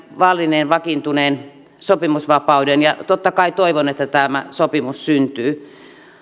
vallinneen vakiintuneen sopimusvapauden ja totta kai toivon että sopimus syntyy